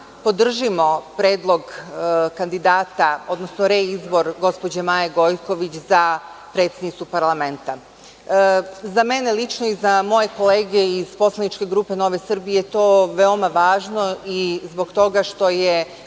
podržimo predlog kandidata, odnosno reizbor gospođe Maje Gojković za predsednicu parlamenta.Za mene lično i za moje kolege iz poslaničke grupe NS to je veoma važno i zbog toga što je